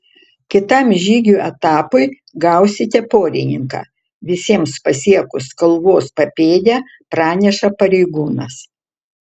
kitam žygių etapui gausite porininką visiems pasiekus kalvos papėdę praneša pareigūnas